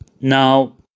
Now